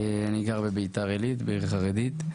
אני גר בביתר עילית, בעיר חרדית.